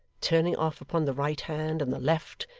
turning off upon the right hand and the left,